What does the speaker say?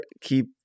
Keep